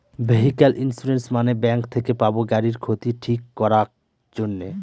vehicle insurance মানে bank থেকে পাবো গাড়ির ক্ষতি ঠিক করাক জন্যে